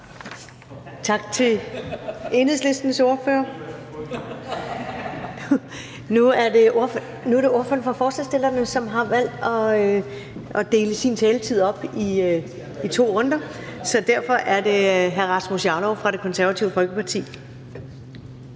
Tak til Enhedslistens ordfører. Nu er det ordføreren for forslagsstillerne, som har valgt at dele sin taletid op i to runder. Derfor er det hr. Rasmus Jarlov fra Det Konservative Folkeparti.